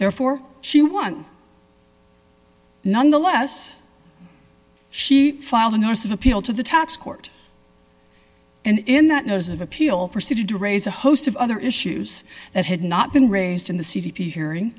therefore she won nonetheless she filed a notice of appeal to the tax court in that knows of appeal proceeded to raise a host of other issues that had not been raised in the c d p hearing